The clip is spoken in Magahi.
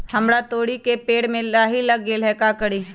हमरा तोरी के पेड़ में लाही लग गेल है का करी?